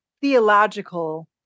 theological